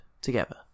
together